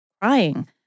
crying